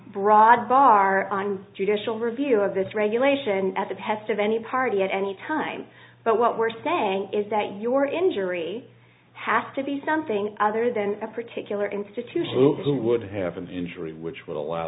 broad bar on judicial review of this regulation at the behest of any party at any time but what we're saying is that your injury has to be something other than a particular institution who would have an injury which would allow